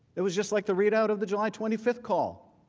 it was just like the readout of the july twenty five call.